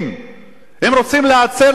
הם רוצים להצר לנו את החיים,